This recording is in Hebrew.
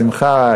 השמחה,